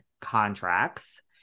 contracts